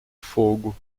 fogo